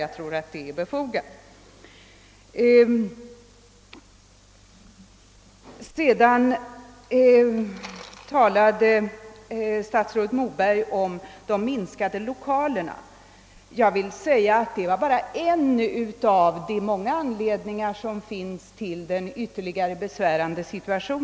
Jag vill sedan säga att jag pekade på minskningen av lokalutrymmet som en av de många anledningarna till att situationen är så ytterligt besvärande.